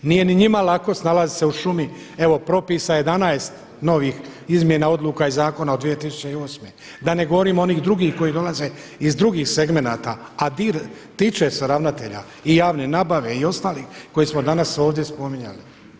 Nije niti njima lako snalaziti se u šumi evo propisa je 11 novih izmjena odluka i zakona od 2008., a da ne govorim onih drugih koji dolaze iz drugih segmenata, a tiče se ravnatelja i javne nabave i ostalih koje smo danas ovdje spominjali.